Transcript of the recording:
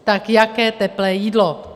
Tak jaké teplé jídlo?